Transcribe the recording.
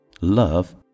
Love